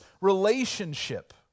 relationship